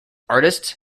artists